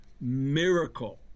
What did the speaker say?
miracle